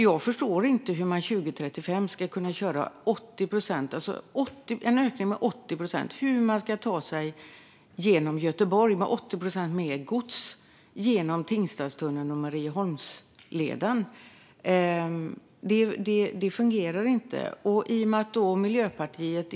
Jag förstår inte hur man ska klara en ökning med 80 procent till år 2035. Hur ska man kunna ta sig genom Göteborg via Tingstadstunneln och Marieholmsleden med 80 procent mer gods? Det fungerar inte.